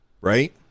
Right